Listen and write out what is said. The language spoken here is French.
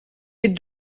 les